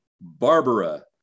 Barbara